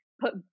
put